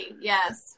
Yes